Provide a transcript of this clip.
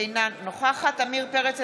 אינה נוכחת עמיר פרץ,